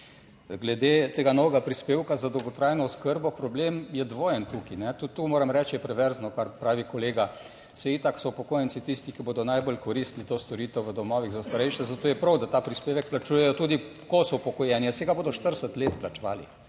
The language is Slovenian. Glede tega novega prispevka za dolgotrajno oskrbo. Problem je dvojen. Tukaj, tudi to moram reči je perverzno, kar pravi kolega, saj itak so upokojenci tisti, ki bodo najbolj koristili to storitev v domovih za starejše, zato je prav, da ta prispevek plačujejo tudi, ko so upokojeni, saj ga bodo 40 let plačevali,